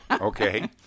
Okay